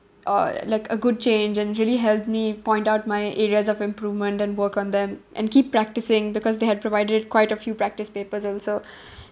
uh like a good change and really helped me point out my areas of improvement and work on them and keep practising because they had provided quite a few practice papers also